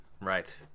Right